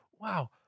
wow